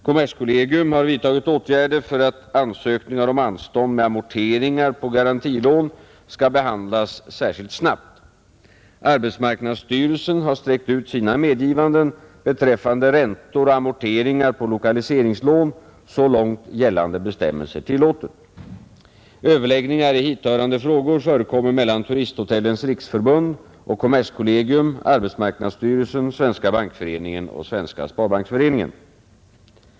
Kommerskollegium har vidtagit åtgärder för att ansökningar om anstånd med amorteringar på garantilån skall behandlas särskilt snabbt. Arbetsmarknadsstyrelsen har sträckt ut sina medgivanden beträffande räntor och amorteringar på lokaliseringslån så långt gällande bestämmelser tillåter. Överläggningar i hithörande frågor förekommer mellan Turisthotellens riksförbund och kommerskollegium, arbetsmarknadsstyrelsen, Svenska bankföreningen och Svenska sparbanksföreningen.